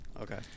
Okay